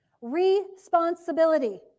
responsibility